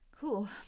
Cool